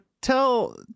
tell